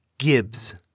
Gibbs